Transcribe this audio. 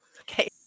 Okay